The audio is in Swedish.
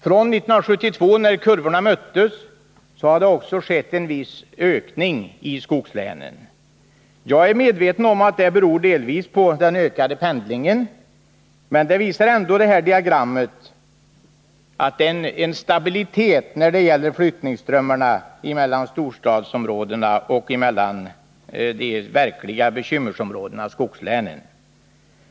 Från år 1972, när kurvorna möttes, har det också skett en viss befolkningsökning i skogslänen. Jag är medveten om att det delvis beror på den ökade pendlingen. Men diagrammet påvisar ändå en stabilitet vad gäller flyttningsströmmarna mellan storstadsområdena och de verkliga bekymmersområdena, skogslänen.